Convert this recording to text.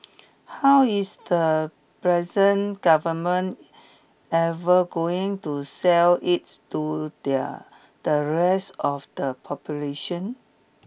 how is the present government ever going to sell it to the the rest of the population